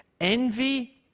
envy